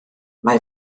mae